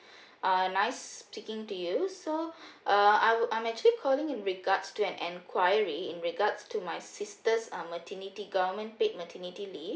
uh nice speaking to you so uh I would I'm actually calling in regards to an enquiry in regards to my sisters uh maternity government paid maternity leave